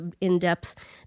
in-depth